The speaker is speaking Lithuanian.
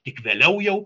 tik vėliau jau